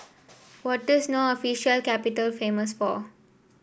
what this No official capital famous for